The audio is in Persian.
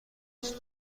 است